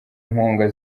inkunga